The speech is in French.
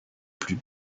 plus